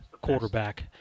quarterback